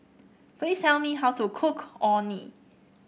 please tell me how to cook Orh Nee